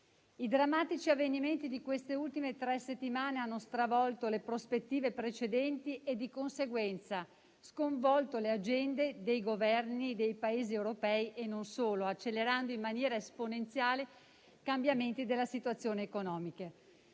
i drammatici avvenimenti di queste ultime tre settimane hanno stravolto le prospettive precedenti e, di conseguenza, sconvolto le agende dei Governi dei Paesi europei e non solo, accelerando in maniera esponenziale i cambiamenti della situazione economica.